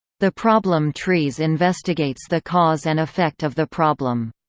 the problem trees investigates the cause and effect of the problem.